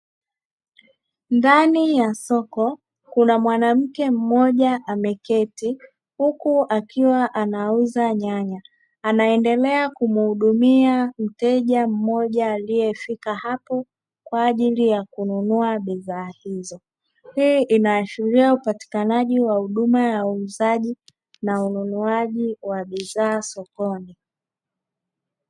Ndani ya soko kuna mwanamke mmoja ameketi huku akiwa anauza nyanya, anaendelea kumhudumia mteja mmoja aliyefika hapo kwa ajili ya kununua bidhaa hizo. Hii inaashiria upatikanaji na ununuaji wa bidhaa sokoni.